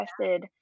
tested